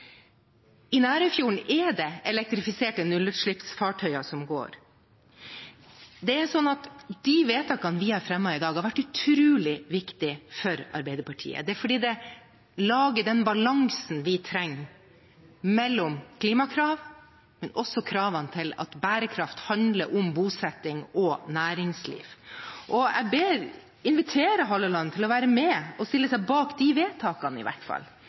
I Nærøyfjorden går det elektrifiserte nullutslippsfartøy. De forslagene til vedtak som vi fremmer i dag, har vært utrolig viktige for Arbeiderpartiet. Det er fordi de lager den balansen vi trenger mellom klimakrav og kravene om at bærekraft handler om bosetting og næringsliv. Jeg inviterer Halleland til å være med og stille seg bak i hvert fall de vedtakene – I